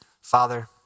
Father